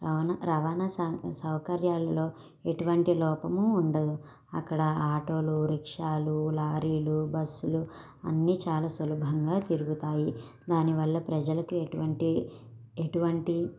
రవాణా రవాణా సౌకర్యాలలో ఎటువంటి లోపము ఉండదు అక్కడ ఆటోలు రిక్షాలు లారీలు బస్సులు అన్నీ చాలా సులభంగా తిరుగుతాయి దానివల్ల ప్రజలకు ఎటువంటి ఎటువంటి